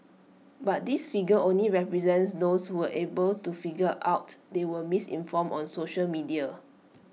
but this figure only represents those who were able to figure out they were misinformed on social media